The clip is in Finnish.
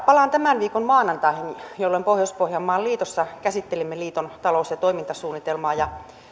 palaan tämän viikon maanantaihin jolloin pohjois pohjanmaan liitossa käsittelimme liiton talous ja toimintasuunnitelmaa ja